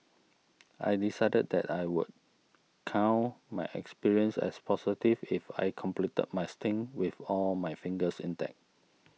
I decided that I would count my experience as positive if I completed my stint with all my fingers intact